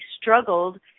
struggled